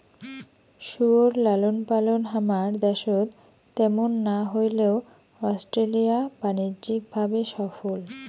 শুয়োর লালনপালন হামার দ্যাশত ত্যামুন না হইলেও অস্ট্রেলিয়া বাণিজ্যিক ভাবে সফল